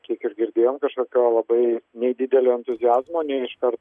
kiek ir girdėjom kažkokio labai nei didelio entuziazmo nei iškart